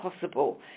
possible